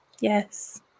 yes